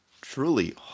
truly